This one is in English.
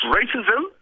racism